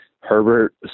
Herbert